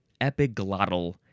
Epiglottal